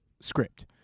script